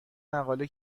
مقاله